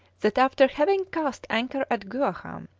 that after having cast anchor at guaham,